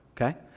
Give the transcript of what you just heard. okay